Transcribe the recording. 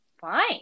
Fine